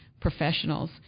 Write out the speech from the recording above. professionals